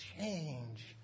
change